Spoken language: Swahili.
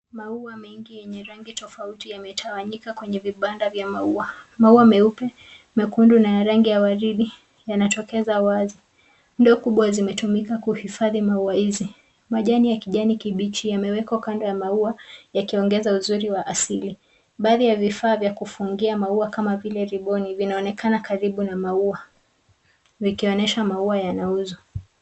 Maua mengi yenye rangi tofauti yametawanyika kwenye vibanda vya maua. Maua meupe, mekundu, na ya rangi ya waridi yanatokeza wazi, ndoo kubwa zimetumika kuhifadhi maua hizi. Majani ya kijani kibichi yamewekwa kando ya maua yakiongeza uzuri wa asili, baadhi ya vifaa vya kufungia maua kama vile riboni vinaonekana karibu na maua, vikionyesha maua yanauzwa.